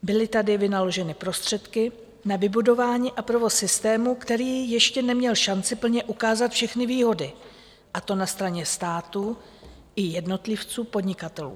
Byly tady vynaloženy prostředky na vybudování a provoz systému, které ještě neměl šanci plně ukázat všechny výhody, a to na straně státu i jednotlivců podnikatelů.